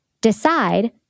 Decide